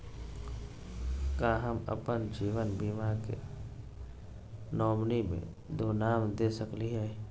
का हम अप्पन जीवन बीमा के नॉमिनी में दो नाम दे सकली हई?